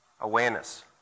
awareness